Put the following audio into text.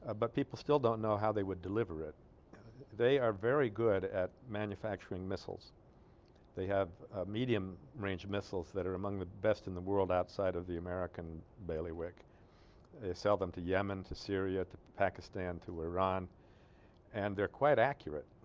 ah but people still don't know how they would deliver it they are very good at manufacturing missiles they have medium range missiles that are among the best in the world outside of the american bailiwick they sell them to yemen to syria to pakistan to iran and they're quite accurate